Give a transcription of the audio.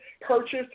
purchased